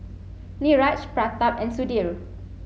Niraj Pratap and Sudhir